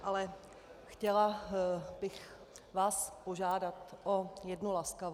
Ale chtěla bych vás požádat o jednu laskavost.